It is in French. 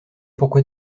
pourquoi